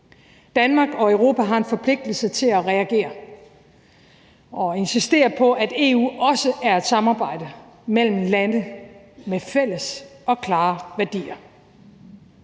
Danmark og Europa har en forpligtelse til at reagere og insistere på, at EU også er et samarbejde mellem lande med fælles og klare værdier.